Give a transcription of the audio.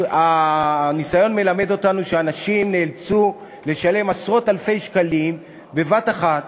הניסיון מלמד אותנו שאנשים נאלצו לשלם עשרות אלפי שקלים בבת-אחת